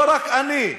לא רק אני,